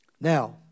Now